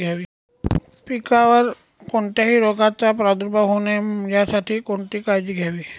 पिकावर कोणत्याही रोगाचा प्रादुर्भाव होऊ नये यासाठी कोणती काळजी घ्यावी?